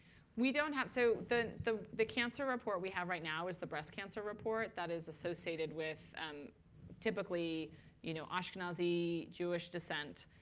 we don't have so the the cancer report we have right now is the breast cancer report. that is associated with um typically you know ashkenazi jewish descent.